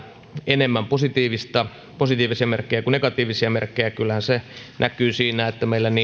enemmän positiivisia positiivisia merkkejä kuin negatiivisia merkkejä kyllähän se näkyy siinä että meillä sekä vienti että